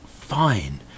fine